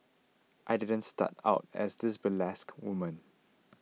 I didn't start out as this burlesque woman